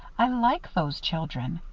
i like those children.